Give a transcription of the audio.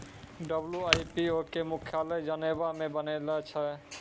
WIPO के मुख्यालय Geneva मे बनैने छै